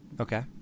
Okay